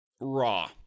raw